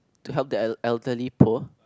to help the el~ elderly poor